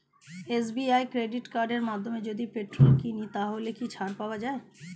SBI credit কার্ডের মাধ্যমে যদি পেট্রোল কিনি তাহলে কি ছাড় পাওয়া যায়?